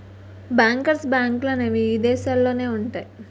bankers బ్యాంకులనేవి ఇదేశాలల్లో ఉంటయ్యి